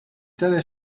tali